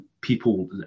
people